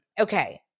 Okay